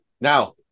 Now